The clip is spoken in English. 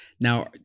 now